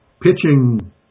pitching